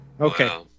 Okay